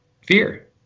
fear